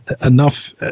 enough